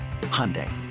Hyundai